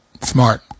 Smart